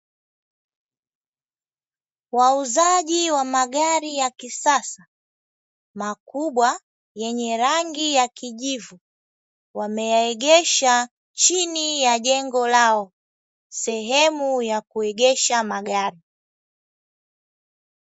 Wauzaji wa magari ya kisasa makubwa, yenye rangi ya kijivu, wameyaegesha chini ya jengo lao, sehemu ya kuegesha magari.